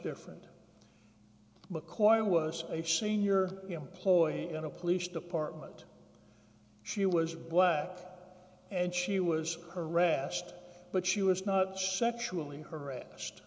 different mcquire was a senior employee in a police department she was black and she was harassed but she was not sexually harassed